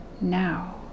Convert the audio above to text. now